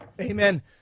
Amen